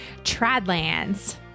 Tradlands